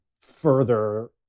further